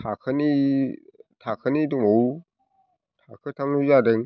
थाखोनै थाखोनै दंबावो थाखोथामल' जादों